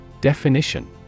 Definition